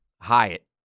Hyatt